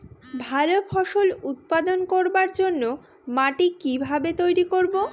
ভালো ফসল উৎপাদন করবার জন্য মাটি কি ভাবে তৈরী করব?